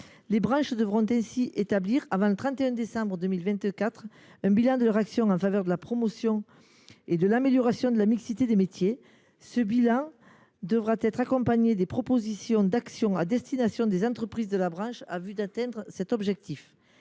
Les branches devront ainsi établir avant le 31 décembre 2024 un bilan de leur action en faveur de la promotion et de l’amélioration de la mixité des métiers. Ce bilan devra être accompagné de propositions d’action à destination des entreprises de la branche, en vue d’atteindre cet objectif.